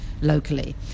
locally